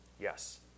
yes